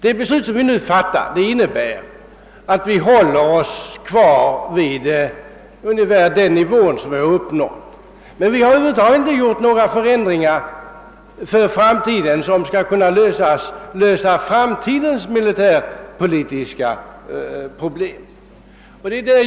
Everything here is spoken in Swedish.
Det beslut vi nu kommer att fatta innebär att vi håller oss kvar vid ungefär den nivå vi har uppnått. Men vi genomför över huvud taget inga förändringar som skulle kunna lösa framtidens militärpolitiska problem.